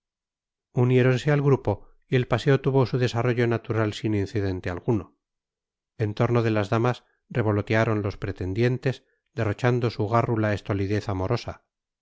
uniéronse al grupo y el paseo tuvo su desarrollo natural sin incidente alguno en torno de las damas revolotearon los pretendientes derrochando su gárrula estolidez amorosa